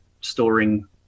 storing